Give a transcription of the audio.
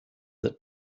that